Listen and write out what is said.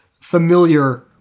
familiar